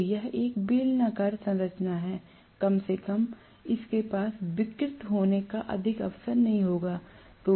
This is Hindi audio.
तो यह एक बेलनाकार संरचना है कम से कम इसके पास विकृत होने का अधिक अवसर नहीं होगा